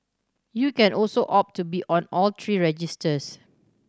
you can also opt to be on all three registers